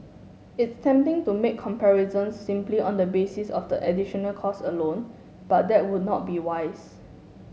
it's tempting to make comparisons simply on the basis of the additional cost alone but that would not be wise